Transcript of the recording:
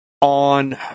on